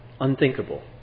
unthinkable